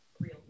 real